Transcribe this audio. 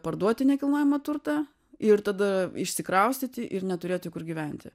parduoti nekilnojamą turtą ir tada išsikraustyti ir neturėti kur gyventi